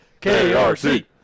KRC